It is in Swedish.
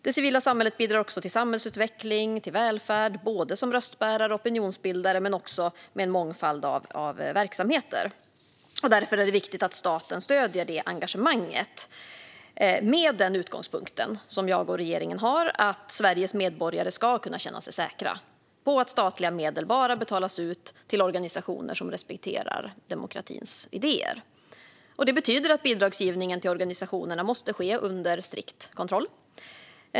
Det civila samhället bidrar också till samhällsutveckling och välfärd, både som röstbärare och opinionsbildare och med en mångfald av verksamheter. Därför är det viktigt att staten stöder detta engagemang med den utgångspunkt som jag och regeringen har, nämligen att Sveriges medborgare ska kunna känna sig säkra på att statliga medel bara betalas ut till organisationer som respekterar demokratins idéer. Det betyder att bidragsgivningen till organisationerna måste ske under strikt kontroll.